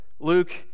Luke